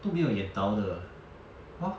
都没有 yan dao 的 hor